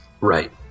Right